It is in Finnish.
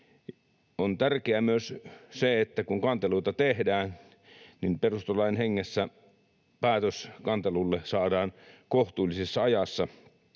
tärkeää, että kun kanteluita tehdään, niin perustuslain hengessä päätös kantelulle saadaan kohtuullisessa ajassa